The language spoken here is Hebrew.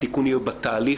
התיקון יהיה בתהליך,